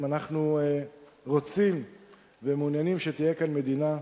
אם אנחנו רוצים ומעוניינים שתהיה כאן מדינה,